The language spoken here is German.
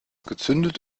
gezündet